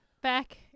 back